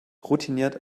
routiniert